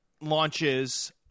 launches